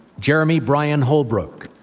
jeremy bryan holbrook,